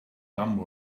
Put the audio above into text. dumb